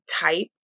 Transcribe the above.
type